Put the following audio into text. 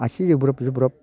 आथिं जोब्र'ब जोब्र'ब